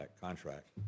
contract